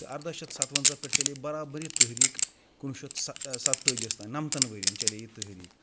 تہٕ ارداہ شَتھ سَتوَنٛزاہ پٮ۪ٹھ چلے برابر یہِ تحریٖک کُنوُہ شَتھ سہ ستٲجِیَس تام نَمتَن ؤرۍیَن چلے یہِ تحریٖک